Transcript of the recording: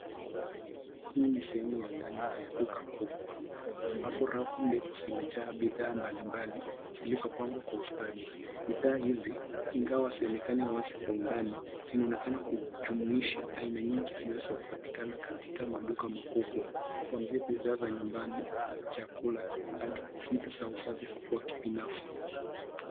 Hii ni sehemu ya ndani ya duka kubwa, ambapo rafu ndefu zimejaa bidhaa mbalimbali, zilizopangwa kwa ustadi. Bidhaa hizi, ingawa hazionekani wazi kwa undani, zinaonekana kujumuisha aina nyingi zinazo patikana katika maduka makubwa kwanzia bidhaa za nyumbani, chakula hadi vitu za usafi wa kibinafsi.